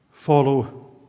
Follow